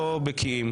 מהנציג.